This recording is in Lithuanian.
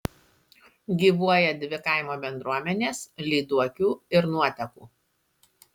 gyvuoja dvi kaimo bendruomenės lyduokių ir nuotekų